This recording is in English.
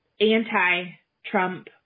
anti-Trump